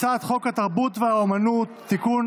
הצעת חוק התרבות והאומנות (תיקון,